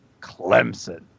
Clemson